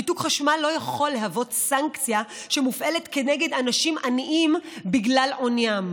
ניתוק חשמל לא יכול להיות סנקציה שמופעלת כנגד אנשים עניים בגלל עוניים.